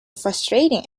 frustrating